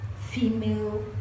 female